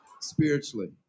spiritually